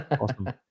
Awesome